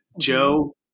Joe